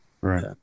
Right